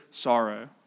sorrow